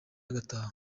agataha